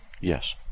Yes